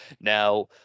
Now